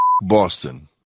Boston